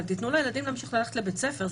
אבל תיתנו לילדים להמשיך ללכת לבית ספר.